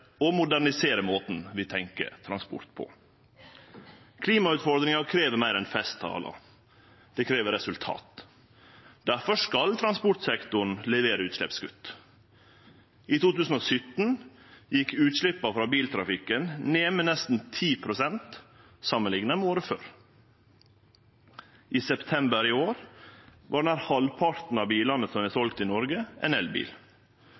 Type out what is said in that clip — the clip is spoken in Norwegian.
og modernisere måten vi tenkjer transport på. Klimautfordringa krev meir enn festtalar; ho krev resultat. Difor skal transportsektoren levere utsleppskutt. I 2017 gjekk utsleppa frå biltrafikken ned med nesten 10 pst. samanlikna med året før. I september i år var nær halvparten av bilane som vart selde i Noreg, ein elbil.